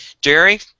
Jerry